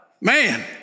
Man